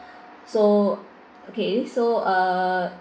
so okay so uh